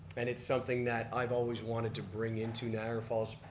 and it's something that i've always wanted to bring into niagara falls.